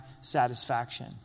satisfaction